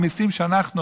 המיסים שאנחנו,